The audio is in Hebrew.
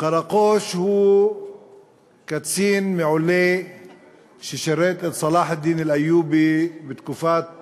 קראקוש היה קצין מעולה ששירת את צלאח א-דין אלאיובי בתקופת